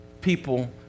people